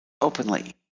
openly